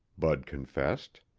bud confessed.